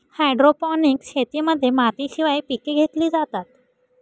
hydroponics शेतीमध्ये मातीशिवाय पिके घेतली जातात